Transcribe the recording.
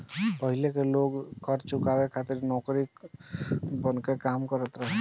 पाहिले के लोग कर चुकावे खातिर नौकर बनके काम करत रहले